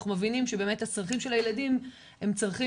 אנחנו מבינים שהצרכים של הילדים הם צרכים